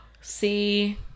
See